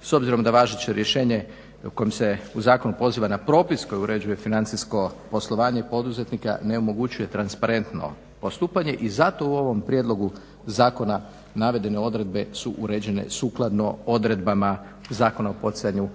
s obzirom da važeće rješenje kojim se u zakonu poziva na propis koji uređuje financijsko poslovanje poduzetnika ne omogućuje transparentno postupanje i zato u ovom prijedlogu zakona navedene odredbe su uređene sukladno odredbama Zakona o poticanju